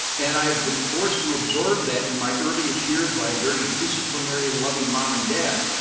and i've been forced to absorb that in my earliest years by a very disciplinary loving mom and dad.